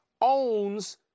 owns